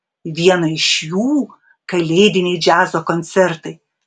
vieną iš jų kalėdiniai džiazo koncertai